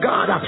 God